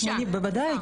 בוודאי.